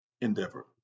endeavor